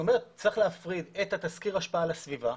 היא אומרת שצריך להפריד את תסקיר השפעה על הסביבה,